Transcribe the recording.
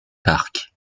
parc